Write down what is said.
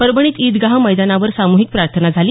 परभणीत ईदगाह मैदानावर सामूहिक प्रार्थना झाली